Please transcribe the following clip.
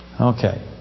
Okay